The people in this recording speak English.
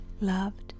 loved